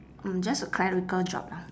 mm just a clerical job lah